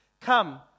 come